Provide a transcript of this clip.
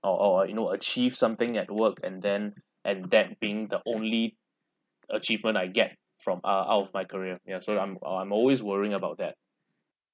or or you know achieve something at work and then and that being the only achievement I get from uh out of my career ya so I'm I'm I'm always worrying about that